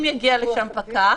אם יגיע לשם פקח,